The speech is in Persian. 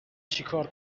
چیکار